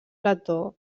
plató